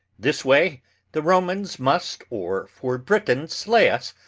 this way the romans must or for britons slay us,